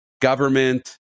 government